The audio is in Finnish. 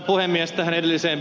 arvoisa puhemies